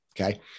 Okay